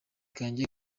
kanjye